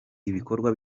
ibikorwa